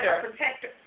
protector